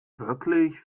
wirklich